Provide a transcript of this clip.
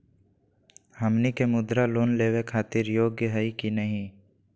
हमनी के मुद्रा लोन लेवे खातीर योग्य हई की नही?